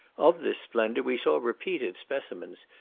of this splendour we saw repeated specimens,